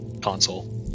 console